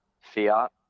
fiat